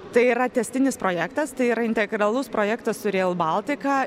tai yra tęstinis projektas tai yra integralus projektas su reilbaltika